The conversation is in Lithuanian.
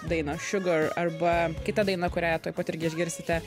dainą sugar higher arba kita daina kurią tuoj pat irgi išgirsite